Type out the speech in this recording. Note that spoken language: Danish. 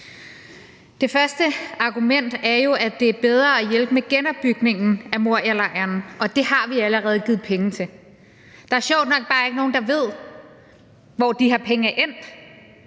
Det første argument er jo, at det er bedre at hjælpe med genopbygningen af Morialejren, og det har vi allerede givet penge til. Der er sjovt nok bare ikke nogen, der ved, hvor de her penge er endt.